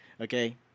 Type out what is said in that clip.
Okay